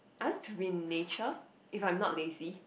I like to be in nature if I am not lazy